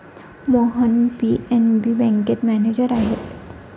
Mohan PNB बँकेत manager आहेत